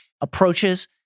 approaches